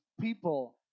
people